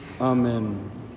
Amen